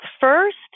first